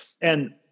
And-